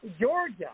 Georgia